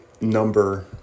number